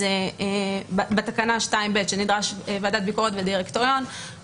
אז בתקנה 2ב שנדרש ועדת ביקורת ודירקטוריון,